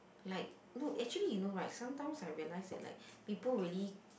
like no actually you know right sometimes I realize that like people really